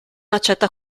accetta